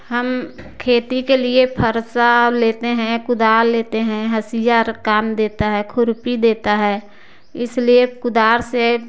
हम खेती के लिए फरसा लेते हैं कुदाल लेते हैं हसिया रकान देता है खुर्पी देता है इसलिए कुदार से